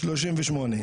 שלושים ושמונה.